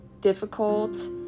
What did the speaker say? difficult